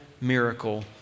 miracle